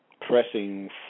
pressing